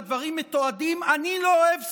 והדברים מתועדים: "אני לא אוהב שמאלנים,